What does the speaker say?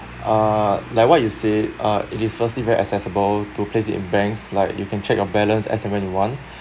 uh like what you said uh it is firstly very accessible to place it in banks like you can check your balance as and when you want